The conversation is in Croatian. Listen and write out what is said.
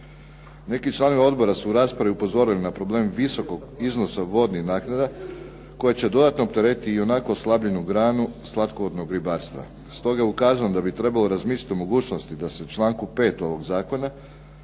Neki članovi odbora su u raspravi upozorili na problem visokog iznosa vodnih naknada koje će dodatno opteretiti i onako oslabljenu granu slatkovodnog ribarstva. Stoga je ukazano da bi trebalo razmisliti o mogućnosti da se u članku 5. ovog zakona